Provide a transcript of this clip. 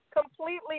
completely